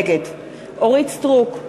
נגד אורית סטרוק,